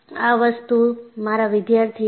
આ વસ્તુ મારા વિદ્યાર્થી ડી